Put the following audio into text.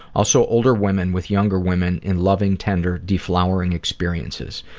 also older women with younger women in loving, tender deflowering experiences.